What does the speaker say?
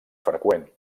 freqüent